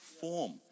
form